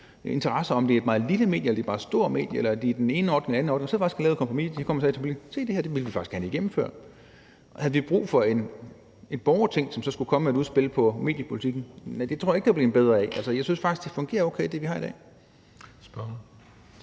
interesser. Om det er et meget lille medie eller et meget stort medie, eller om de er under den ene ordning eller den anden ordning, så har de faktisk lavet et kompromis, hvor de kommer og siger: Se, det her vil vi faktisk gerne have gennemført. Havde vi brug for et borgerting, som så skulle komme med et udspil om mediepolitikken? Nej, det tror jeg ikke det var blevet bedre af. Jeg synes faktisk, at det, vi har i dag, fungerer